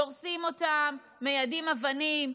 דורסים אותם, מיידים אבנים?